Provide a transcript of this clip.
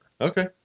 Okay